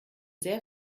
sehr